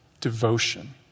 devotion